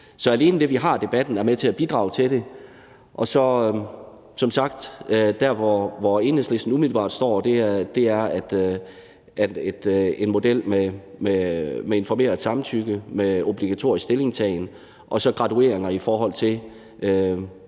Så alene det, at vi har debatten, er med til at bidrage til det. Der, hvor Enhedslisten umiddelbart står, er som sagt, at vi går ind for en model med informeret samtykke og med obligatorisk stillingtagen og så med gradueringer, i forhold til